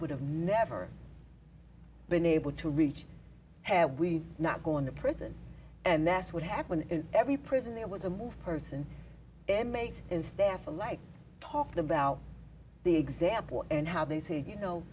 would have never been able to reach have we not gone to prison and that's what happened in every prison there was a more person and makes in staff alike talked about the example and how they say you know